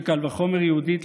וקל וחומר יהודית,